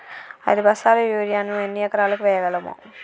ఐదు బస్తాల యూరియా ను ఎన్ని ఎకరాలకు వేయగలము?